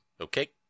Okay